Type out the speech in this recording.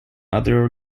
other